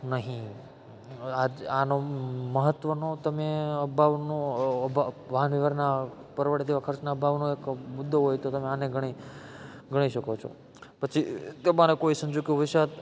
નહીં આનો મહત્ત્વનો તમે વાહન વ્યવહારના પરવડે તેવા ખર્ચના અભાવનો એક મુદ્દો હોય તો તમે આને ગણી ગણી શકો છો પછી તમારા કોઈ સંજોગો વસાત